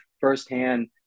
firsthand